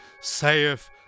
saith